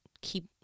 keep